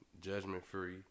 Judgment-free